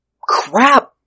crap